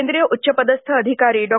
केंद्रीय उच्चपदस्थ अधिकारी डॉ